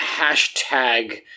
hashtag